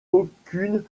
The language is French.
aucune